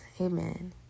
Amen